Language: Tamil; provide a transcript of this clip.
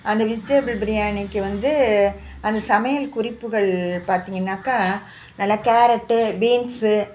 அந்த விஜிடெபிள் பிரியாணிக்கு வந்து அந்த சமையல் குறிப்புகள் பார்த்தீங்கன்னாக்கா நல்லா கேரட்டு பீன்ஸு